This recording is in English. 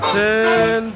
ten